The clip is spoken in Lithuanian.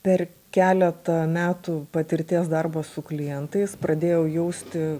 per keletą metų patirties darbo su klientais pradėjau jausti